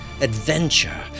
adventure